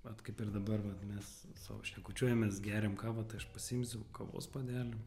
vat kaip ir dabar vat mes sau šnekučiuojamės geriam kavą tai aš pasiimsiu kavos puodelį